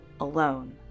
alone